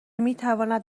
میتواند